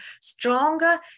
stronger